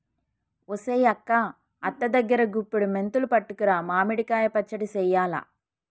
ఒసెయ్ అక్క అత్త దగ్గరా గుప్పుడి మెంతులు పట్టుకురా మామిడి కాయ పచ్చడి సెయ్యాల